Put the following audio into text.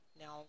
Now